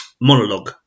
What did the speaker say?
monologue